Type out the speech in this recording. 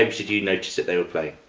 games did you notice that they were playing?